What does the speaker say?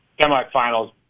semi-finals